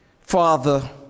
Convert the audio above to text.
Father